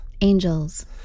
Angels